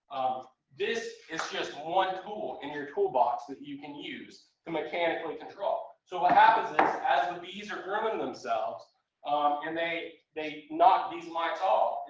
this is just one tool in your toolbox that you can use to mechanically control. so what happens is as the bees are grooming themselves and they they knock these mites off,